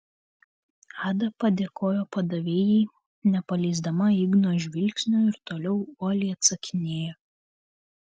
ada padėkojo padavėjai nepaleisdama igno žvilgsnio ir toliau uoliai atsakinėjo